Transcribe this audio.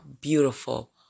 beautiful